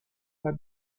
pas